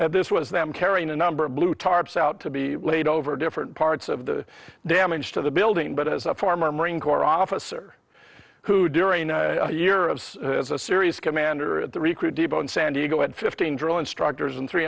that this was them carrying a number of blue tarps out to be laid over different parts of the damage to the building but as a former marine corps officer who during a year of as a serious commander at the recruit depot in san diego at fifteen drill instructors and three